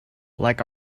like